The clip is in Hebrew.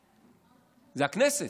זה הכנסת,